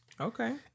Okay